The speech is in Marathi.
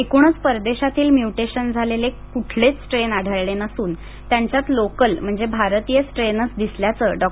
एकूणच परदेशांतील म्युटेशन झालेले कोणतेच स्ट्रेन आढळले नसून त्यांच्यात लोकल म्हणजे भारतीय स्ट्रेनच दिसल्याचे डॉ